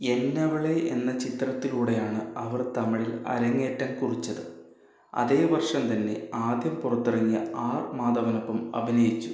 എന്നവളെ എന്ന ചിത്രത്തിലൂടെയാണ് അവർ തമിഴിൽ അരങ്ങേറ്റം കുറിച്ചത് അതേ വർഷം തന്നെ ആദ്യം പുറത്തിറങ്ങിയ ആർ മാധവനൊപ്പം അഭിനയിച്ചു